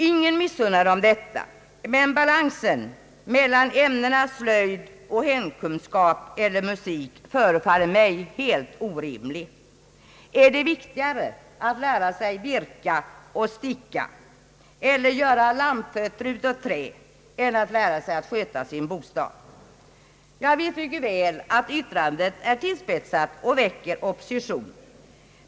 Ingen missunnar dem dessa, men balansen mellan ämnena slöjd eller musik och hemkunskap förefaller mig helt orimlig. Är det viktigare att lära sig virka och sticka eller att göra lampfötter av trä än att lära sig sköta sin bostad? Jag vet mycket väl att uttalandet är tillspetsat och väcker opposition.